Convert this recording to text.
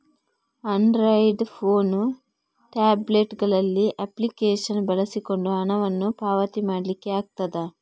Android phone, tablet ಗಳಲ್ಲಿ application ಬಳಸಿಕೊಂಡು ಹಣವನ್ನ ಪಾವತಿ ಮಾಡ್ಲಿಕ್ಕೆ ಆಗ್ತದೆ